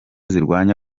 zirwanya